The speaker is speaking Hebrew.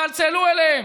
צלצלו אליהם,